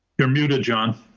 you're muted, john.